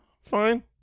fine